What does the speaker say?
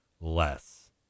Less